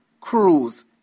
Cruise